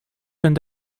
zijn